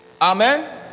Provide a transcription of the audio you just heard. Amen